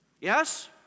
Yes